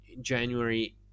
January